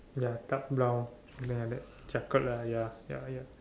ya dark brown something like that chocolate ya ya ya